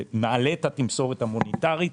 נעלה את התמסורת המוניטרית.